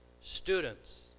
students